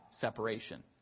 separation